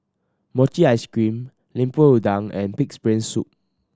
mochi ice cream Lemper Udang and Pig's Brain Soup